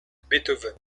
beethoven